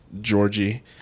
Georgie